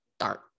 start